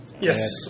Yes